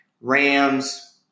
Rams